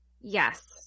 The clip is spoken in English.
yes